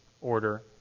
order